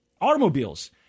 automobiles